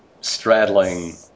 straddling